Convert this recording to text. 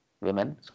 women